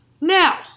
Now